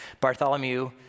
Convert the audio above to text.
Bartholomew